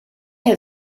have